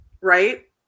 right